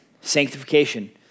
Sanctification